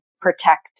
protect